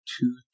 two